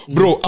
Bro